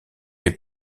les